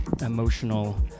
emotional